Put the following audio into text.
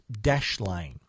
Dashlane